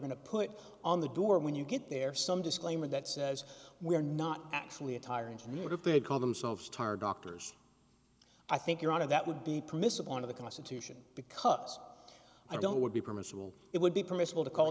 going to put on the door when you get there some disclaimer that says we're not actually a tire engineer but if they call themselves tired doctors i think you're out of that would be permissible under the constitution because i don't would be permissible it would be permissible to call